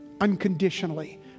unconditionally